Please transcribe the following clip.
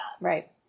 Right